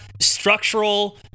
structural